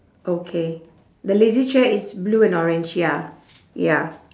okay the lazy chair is blue and orange ya ya